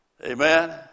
Amen